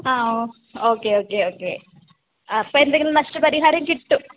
ആ ഓ okay okay okay അപ്പം എന്തെങ്കിലും നഷ്ട പരിഹാരം കിട്ടും